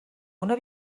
una